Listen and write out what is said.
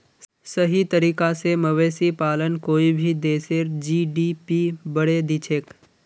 सही तरीका स मवेशी पालन कोई भी देशेर जी.डी.पी बढ़ैं दिछेक